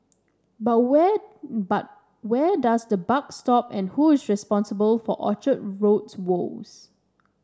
but where but where does the buck stop and who is responsible for Orchard Road's woes